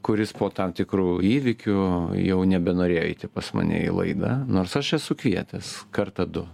kuris po tam tikrų įvykių jau nebenorėjo eiti pas mane į laidą nors aš esu kvietęs kartą du